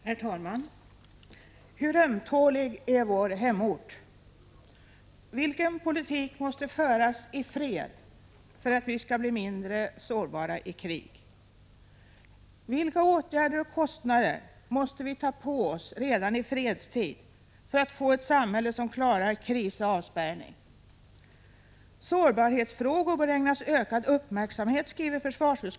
Herr talman! Hur ömtålig är vår hemort? Vilken politik måste föras i fred för att vi skall bli mindre sårbara i krig? Vilka åtgärder och kostnader måste vi ta på oss redan i fredstid för att få ett samhälle som klarar kris och avspärrning? ”Sårbarhetsfrågor bör ägnas ökad uppmärksamhet”, skriver försvarsut Prot.